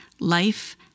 life